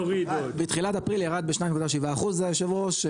בתחילת אפריל ירד ב- 2.7% היושב ראש.